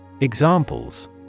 Examples